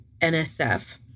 NSF